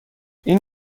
این